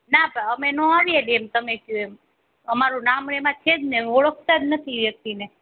ના પણ અમે ન આવીએ ને એમ તમે કહો એમ અમારું નામ એમાં છે જ નહીં ઓળખતા જ નથી એ વ્યક્તિને